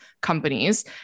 companies